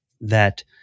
that-